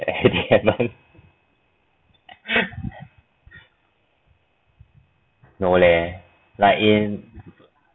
no leh like in